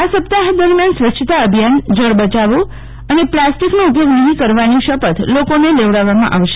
આ સપ્તાહ દરમિયાન સ્વચ્છતા અભિયાન જળ બચાવો અને પ્લાસ્ટીકનો ઉપયોગ નહીં કરવાની શપથ લોકોને લેવડાવવામાં આવશે